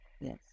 Yes